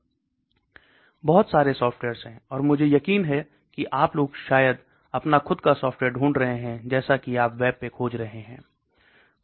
बहुत सारे सॉफ्टवेयर्स है और मुझे यकीन है कि आप लोग शायद अपना खुद का सॉफ्टवेयर ढूंढ रहे हैं जैसा कि आप वेब पे खोज रहे है